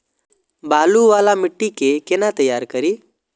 बालू वाला मिट्टी के कोना तैयार करी?